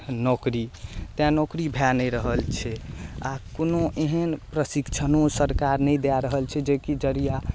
नौकरी तेँ नौकरी भऽ नहि रहल छै आओर कोनो एहन प्रशिक्षणो सरकार नहि दऽ रहल छै जेकि जरिए